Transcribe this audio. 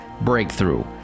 breakthrough